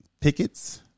Pickets